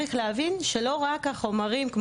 צריך להבין שלא רק החומרים,